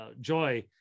Joy